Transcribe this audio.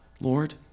Lord